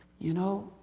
you know.